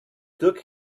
took